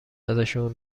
ازشون